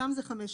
שם זה חמש שנים.